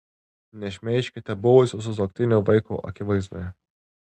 nešmeižkite buvusio sutuoktinio vaiko akivaizdoje